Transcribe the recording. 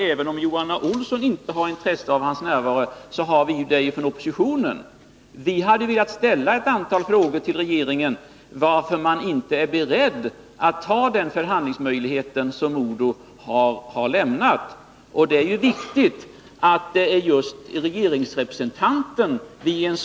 Även om Johan A. Olsson inte har intresse av hans närvaro, har vi det ifrån oppositionens sida. Vi hade velat ställa ett antal frågor till regeringen, bl.a. frågan om varför man inte är beredd att ta den förhandlingsmöjlighet som MoDo har erbjudit. Vid diskussionen av en sådan fråga är det viktigt att få just regeringsrepresentanten med.